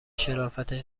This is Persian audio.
شرافتش